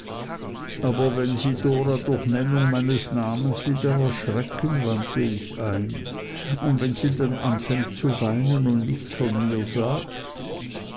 aber wenn sie dora durch nennung meines namens wieder erschrecken wandte ich ein und wenn sie dann anfängt zu weinen und nichts von mir sagt